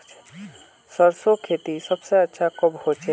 सरसों खेती सबसे अच्छा कब होचे?